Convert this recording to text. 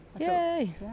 Yay